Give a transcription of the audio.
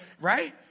right